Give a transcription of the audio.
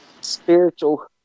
spiritual